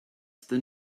there